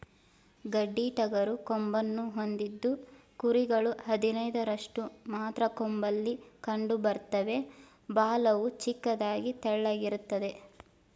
ಗಡ್ಡಿಟಗರು ಕೊಂಬನ್ನು ಹೊಂದಿದ್ದು ಕುರಿಗಳು ಹದಿನೈದರಷ್ಟು ಮಾತ್ರ ಕೊಂಬಲ್ಲಿ ಕಂಡುಬರ್ತವೆ ಬಾಲವು ಚಿಕ್ಕದಾಗಿ ತೆಳ್ಳಗಿರ್ತದೆ